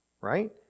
right